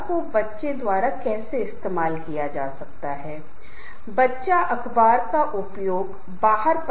लोगों के पास बहुत सारे परस्पर विरोधी विचार स्थितियां होंगी और वे बहुत रचनात्मक चीज़ों के साथ नहीं आएंगे